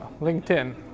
LinkedIn